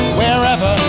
wherever